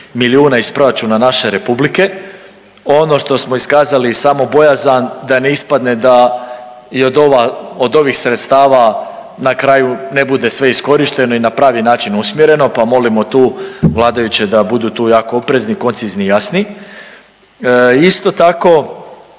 milijuna iz proračuna naše republike. Ono što smo iskazali samo bojazan da ne ispadne da i od ova, od ovih sredstva na kraju ne bude sve iskorišteno i na pravi način usmjereno, pa molimo tu vladajuće da budu tu jako oprezni i koncizni i jasni. Isto tako,